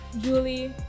Julie